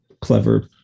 clever